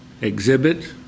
exhibit